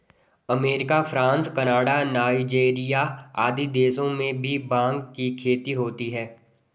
America, France, Canada, Nigeria आदि देशों में भी भाँग की खेती होती है